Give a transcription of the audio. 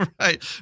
right